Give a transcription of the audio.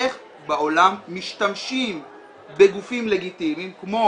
איך בעולם משתמשים בגופים לגיטימיים כמו